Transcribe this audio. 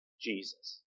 Jesus